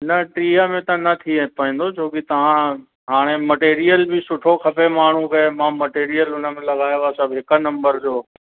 न टीह में त न थी पाइंदो छो कि तव्हां हाणे मटेरियल बि सुठो खपे माण्हूअ खे मां मटेरियल हुन में लॻायो आहे सभु हिकु नम्बर जो